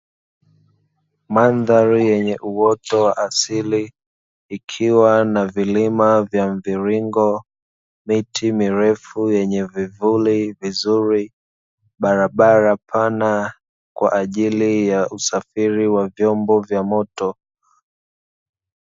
Mandhali yenye uoto wa asili ikiwa na vilima vya mviringo Miti mirefu yenye vivuli vizuri barabarapana kwa ajili ya usafiri wa vyombo vya moto.